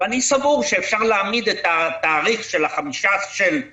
אני סבור שאפשר להעמיד את התאריך של סוף